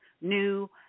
new